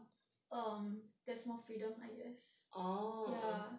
um there's more freedom I guess ya